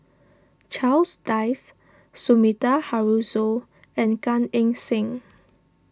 Charles Dyce Sumida Haruzo and Gan Eng Seng